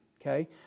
okay